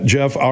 Jeff